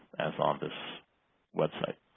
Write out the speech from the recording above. as on this website.